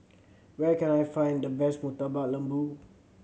where can I find the best Murtabak Lembu